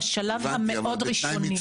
אבל בשלב מאוד ראשוני.